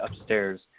upstairs